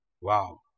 Wow